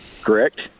correct